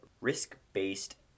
risk-based